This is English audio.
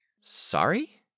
Sorry